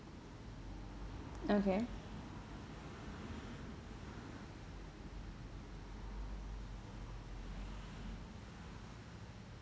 okay